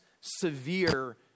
Severe